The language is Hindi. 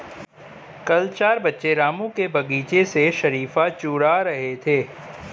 कल चार बच्चे रामू के बगीचे से शरीफा चूरा रहे थे